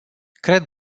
cred